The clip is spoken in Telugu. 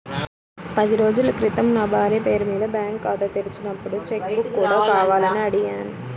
పది రోజుల క్రితం నా భార్య పేరు మీద బ్యాంకు ఖాతా తెరిచినప్పుడు చెక్ బుక్ కూడా కావాలని అడిగాను